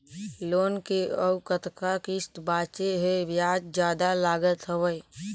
Loan के अउ कतका किस्त बांचें हे? ब्याज जादा लागत हवय,